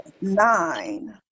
Nine